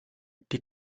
die